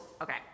Okay